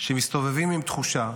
שמסתובבים עם תחושה,